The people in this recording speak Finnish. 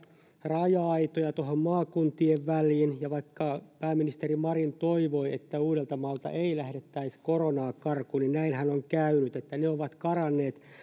raja aitoja tuohon maakuntien väliin ja vaikka pääministeri marin toivoi että uudeltamaalta ei lähdettäisi koronaa karkuun niin näinhän on käynyt että ne ovat karanneet